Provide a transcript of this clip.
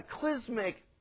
cataclysmic